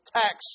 tax